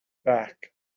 back